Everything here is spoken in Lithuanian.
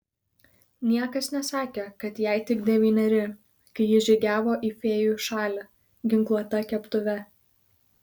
niekas nesakė kad jai tik devyneri kai ji žygiavo į fėjų šalį ginkluota keptuve